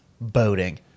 boating